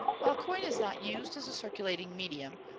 while coin is not used as a circulating medium,